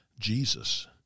Jesus